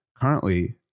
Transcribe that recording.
currently